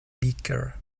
weaker